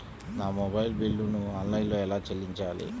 నా మొబైల్ బిల్లును ఆన్లైన్లో ఎలా చెల్లించాలి?